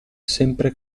sempre